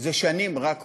זה שנים רק עולה.